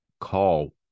call